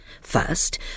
First